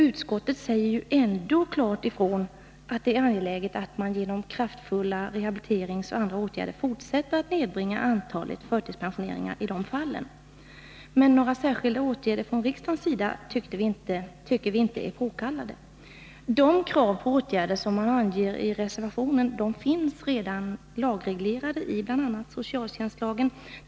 Utskottet säger ju ändå klart ifrån att det är angeläget att man genom kraftfulla rehabiliteringsåtgärder och andra åtgärder fortsätter att nedbringa antalet förtidspensioneringar av det slaget. Men några särskilda åtgärder från riksdagens sida tycker vi inte är påkallade. De krav på åtgärder som anges i reservationen finns redan lagreglerade i bl.a. socialtjänstlagen.